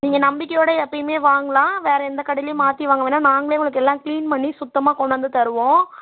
நீங்கள் நம்பிக்கையோடு எப்பயுமே வாங்கலாம் வேறு எந்த கடையிலேயும் மாற்றி வாங்க வேணாம் நாங்கள் உங்களுக்கு எல்லாம் கிளீன் பண்ணி சுத்தமாக கொண்டு வந்து தருவோம்